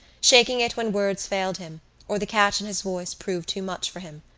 shaking it when words failed him or the catch in his voice proved too much for him.